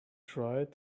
tried